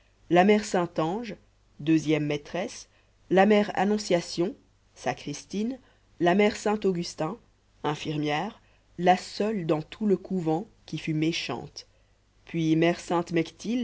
la mère sainte ange deuxième maîtresse la mère annonciation sacristaine la mère saint-augustin infirmière la seule dans tout le couvent qui fût méchante puis mère